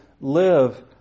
live